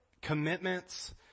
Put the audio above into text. commitments